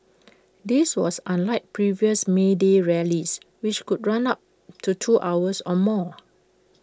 this was unlike previous may day rallies which could run up to two hours or more